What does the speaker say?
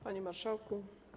Panie Marszałku!